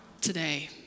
today